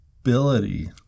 ability